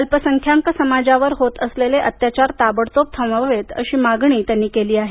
अल्पसंख्याक समाजावर होत असलेले अत्याचार ताबडतोब थांबवावेत अशी मागणी त्यांनी केली आहे